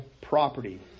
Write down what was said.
property